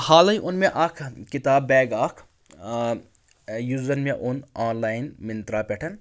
حالے اون مےٚ اکھ کِتاب بیگ اکھ یُس زن مےٚ اوٚن آن لاین مِنترا پیٹھ